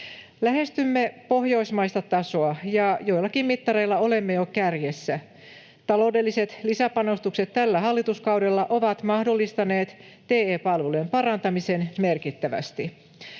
Lähestymme pohjoismaista tasoa ja joillakin mittareilla olemme jo kärjessä. Taloudelliset lisäpanostukset tällä hallituskaudella ovat mahdollistaneet TE-palvelujen parantamisen merkittävästi.